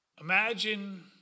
Imagine